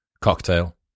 cocktail